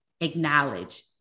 acknowledge